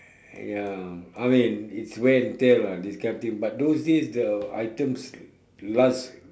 ya I mean it's wear and tear lah this kind of thing but those days the items last